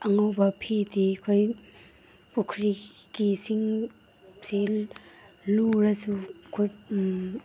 ꯑꯉꯧꯕ ꯐꯤꯗꯤ ꯑꯩꯈꯣꯏ ꯄꯨꯈ꯭ꯔꯤꯒꯤ ꯏꯁꯤꯡꯁꯤ ꯂꯨꯔꯁꯨ ꯑꯩꯈꯣꯏ